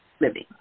living